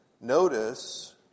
Notice